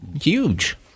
huge